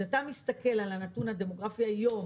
כשאתה מסתכל על הנתון הדמוגרפי היום,